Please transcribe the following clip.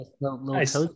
Nice